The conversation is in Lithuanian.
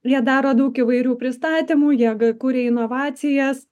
jie daro daug įvairių pristatymų jie kuria inovacijas